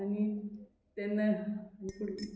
आनी तेन्ना